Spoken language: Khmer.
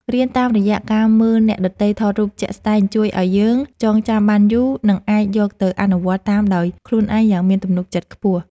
រៀនតាមរយៈការមើលអ្នកដទៃថតរូបជាក់ស្តែងជួយឱ្យយើងចងចាំបានយូរ និង អាចយកទៅអនុវត្តតាមដោយខ្លួនឯងយ៉ាងមានទំនុកចិត្តខ្ពស់។